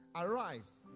Arise